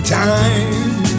time